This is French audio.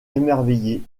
émerveillé